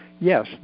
yes